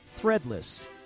Threadless